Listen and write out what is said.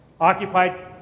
Occupied